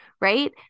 right